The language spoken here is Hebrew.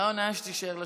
הרעיון היה שתישאר לשבת.